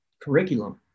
curriculum